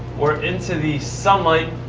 we're into the sunlight.